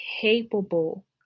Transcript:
capable